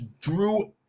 Drew